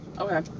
Okay